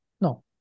No